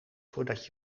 voordat